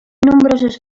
nombrosos